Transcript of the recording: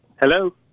Hello